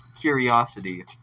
curiosity